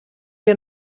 wir